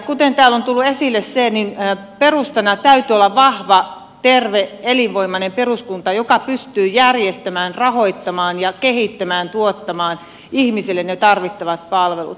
kuten täällä on tullut esille niin perustana täytyy olla vahva terve elinvoimainen peruskunta joka pystyy järjestämään rahoittamaan kehittämään ja tuottamaan ihmisille tarvittavat palvelut